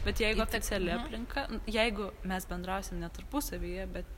bet jeigu oficiali aplinka jeigu mes bendrausim ne tarpusavyje bet